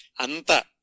Anta